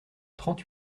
trente